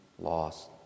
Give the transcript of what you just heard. lost